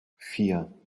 vier